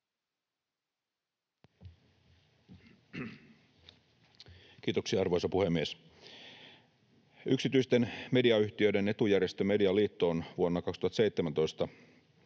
Kiitoksia, arvoisa puhemies! Yksityisten mediayhtiöiden etujärjestö Medialiitto on vuonna 2017